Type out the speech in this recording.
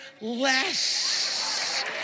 less